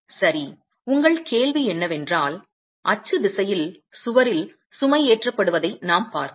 சரி உங்கள் கேள்வி என்னவென்றால் அச்சு திசையில் சுவரில் சுமைஏற்றப்படுவதை நாம் பார்த்தோம்